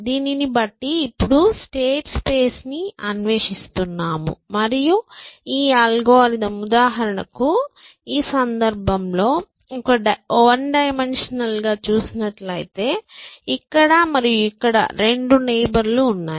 దీనిని బట్టి ఇప్పుడు స్టేట్ స్పేస్ ని అన్వేషిస్తున్నాము మరియు ఈ అల్గోరిథం ఉదాహరణకు ఈ సందర్భంలో ఒక డైమెన్షనల్ గా చూసినట్లయితే ఇక్కడ మరియు ఇక్కడ రెండు నైబర్ లు ఉన్నాయి